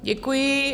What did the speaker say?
Děkuji.